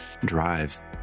drives